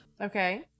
okay